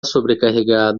sobrecarregado